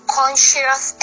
conscious